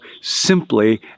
simply